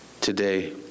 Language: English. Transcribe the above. today